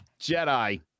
Jedi